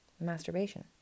masturbation